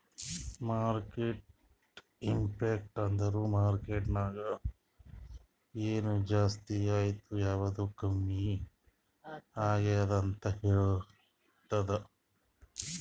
market impact ಅಂದುರ್ market ನಾಗ್ ಎನ್ ಜಾಸ್ತಿ ಆಯ್ತ್ ಯಾವ್ದು ಕಮ್ಮಿ ಆಗ್ಯಾದ್ ಅಂತ್ ಹೇಳ್ತುದ್